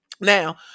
Now